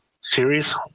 series